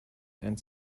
and